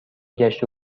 گشت